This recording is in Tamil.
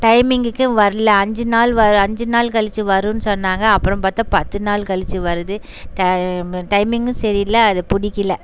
டைமிங்குக்கு வரல அஞ்சு நாள் வர அஞ்சு நாள் கழிச்சி வரும்னு சொன்னாங்க அப்புறம் பார்த்தா பத்து நாள் கழிச்சி வருது டைமி டைமிங்கும் சரியில்ல அதை பிடிக்கில